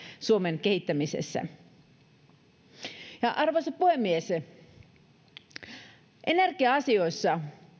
suomen kehittämisessä arvoisa puhemies energia asioissa